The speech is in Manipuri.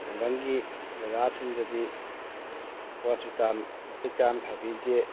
ꯈꯨꯡꯒꯪꯒꯤ ꯖꯥꯒꯥꯁꯤꯡꯗꯗꯤ ꯍꯣꯁꯄꯤꯇꯥꯟ ꯃꯇꯤꯛ ꯆꯥꯅ ꯁꯥꯕꯤꯗꯦ